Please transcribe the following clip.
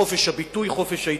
חופש הביטוי וחופש ההתאגדות.